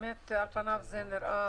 על פניו זו נראית